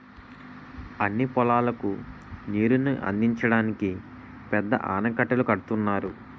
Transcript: అన్ని పొలాలకు నీరుని అందించడానికి పెద్ద ఆనకట్టలు కడుతున్నారు